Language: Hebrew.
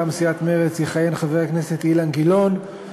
מטעם סיעת מרצ יכהן חבר הכנסת אילן גילאון,